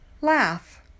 laugh